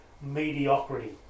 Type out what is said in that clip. mediocrity